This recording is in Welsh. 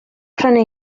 prynu